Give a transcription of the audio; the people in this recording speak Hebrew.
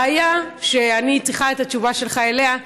הבעיה שאני צריכה את התשובה שלך עליה,